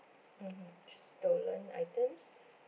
mmhmm stolen items